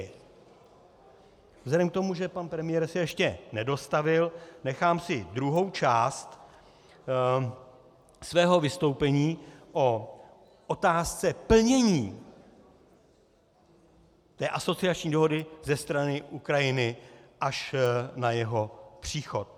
Vzhledem k tomu, že pan premiér se ještě nedostavil, nechám si druhou část svého vystoupení o otázce plnění té asociační dohody ze strany Ukrajiny až na jeho příchod.